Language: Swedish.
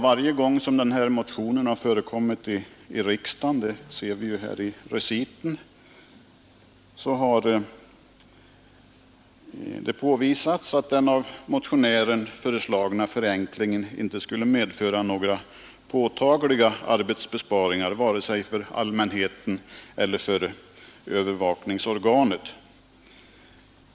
Varje gång som den här motionen har förekommit i riksdagen — det ser vi i reciten har det påvisats att den av motionären föreslagna förenklingen inte skulle medföra några påtagliga arbetsbesparingar vare sig för allmänheten eller för övervakningsorganet.